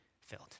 filled